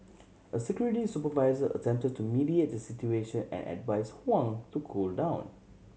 a security supervisor attempted to mediate the situation and advised Huang to cool down